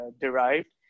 derived